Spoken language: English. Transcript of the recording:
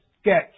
sketch